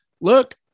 Look